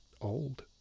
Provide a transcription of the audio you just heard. old